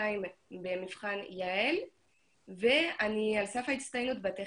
132 במבחן יע"ל ואני על סף הצטיינות בטכניון.